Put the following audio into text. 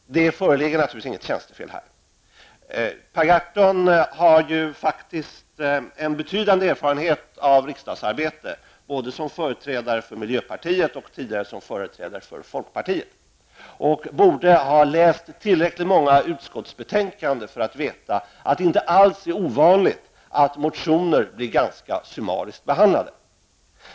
Det har naturligtvis inte begåtts något tjänstefel. Per Gahrton har en betydande erfarenhet av riksdagsarbete både som företrädare för miljöpartiet och tidigare som företrädare för folkpartiet och borde ha läst tillräckligt många utskottsbetänkanden för att veta att det inte alls är ovanligt att motioner blir ganska summariskt behandlade.